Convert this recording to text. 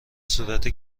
صورت